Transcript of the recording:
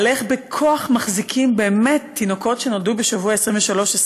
איך בכוח מחזיקים באמת תינוקות שנולדו בשבוע 23 24,